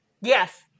Yes